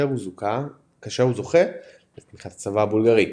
כאשר הוא זוכה לתמיכת הצבא הבולגרי.